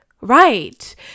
right